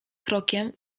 krokiem